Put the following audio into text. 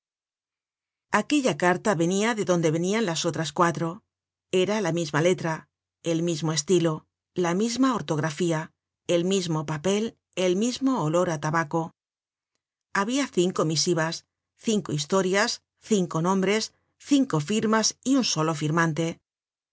aquella carta venia de donde venian las otras cuatro era la misma letra el mismo estilo la misma ortografía el mismo papel el mismo olor á tabaco habia cinco misivas cinco historias cinco nombres cinco firmas y un solo firmante